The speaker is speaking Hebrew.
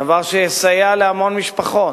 דבר שיסייע להמון משפחות.